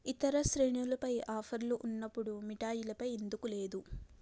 ఇతర శ్రేణులపై ఆఫర్లు ఉన్నప్పుడు మిఠాయిలపై ఎందుకు లేదు